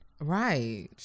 Right